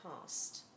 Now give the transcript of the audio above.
past